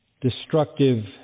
destructive